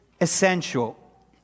essential